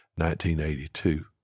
1982